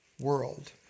world